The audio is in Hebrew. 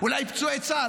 אולי זה פצועי צה"ל?